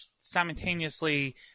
simultaneously